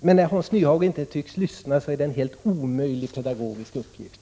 Men då Hans Nyhage inte tycks lyssna är det en helt omöjlig pedagogisk uppgift.